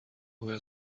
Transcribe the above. باید